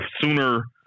sooner